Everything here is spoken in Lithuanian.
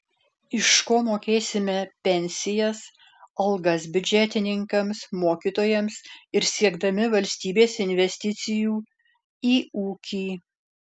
iš ko mokėsime pensijas algas biudžetininkams mokytojams ir siekdami valstybės investicijų į ūkį